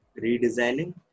redesigning